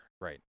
Right